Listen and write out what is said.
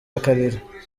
akarira